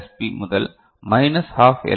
B முதல் minus half L